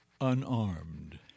unarmed